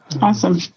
Awesome